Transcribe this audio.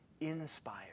inspired